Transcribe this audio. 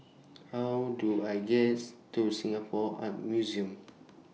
How Do I gets to Singapore Art Museum